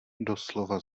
doslova